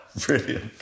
Brilliant